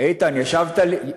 איתן, ישבת לידי.